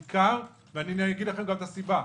ואני אגיד לכם גם את הסיבה: